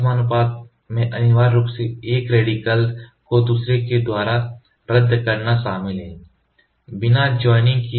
असमानुपातन में अनिवार्य रूप से एक रेडिकल को दूसरे के द्वारा रद्द करना शामिल है बिना जॉइनिंग के